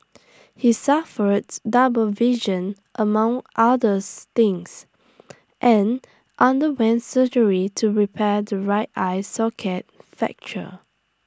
he suffers double vision among others things and underwent surgery to repair the right eye socket fracture